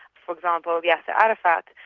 for example, yasser arafat,